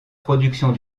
productions